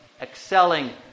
excelling